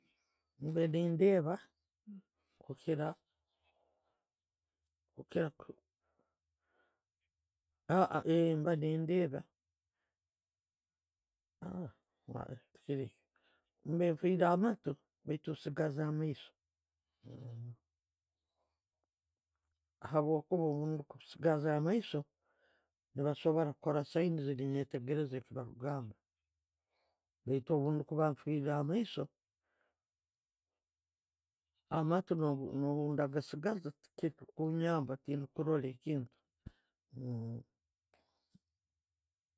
﻿Mbaire nendebba kukiira, kukiiraKU ee mbe nendeba mbe nfiire amaatu baitu nsigaize amaiso habwokuba bwekusigaaza amaiiso, ne basobora kukora signs nenetegereeza byebakugamba baitu bwenkuba nfiire amaiiso, amaatu nobwegasigaza, tetikunjamba, tindi kurora ekintu.